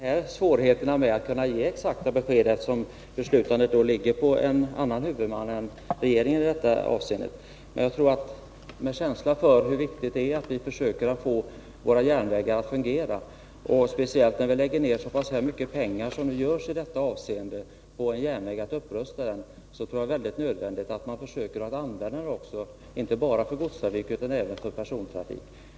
Herr talman! Jag tackar för svaret. Jag förstår att det är svårt att ge exakta besked, eftersom beslutandet ligger på en annan huvudman än regeringen i detta avseende. Med tanke på hur viktigt det egentligen är att få våra järnvägar att fungera, speciellt som vi lägger ned så mycket pengar som vi nu gör på att rusta upp en järnväg, är det nödvändigt att man försöker använda banan inte bara för godstrafik utan även för persontrafik.